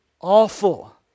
awful